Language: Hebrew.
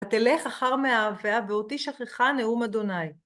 ותלך אחר מאהביה, ואותי שכחה, נאום ה'.